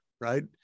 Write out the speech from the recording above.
right